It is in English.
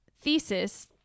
thesis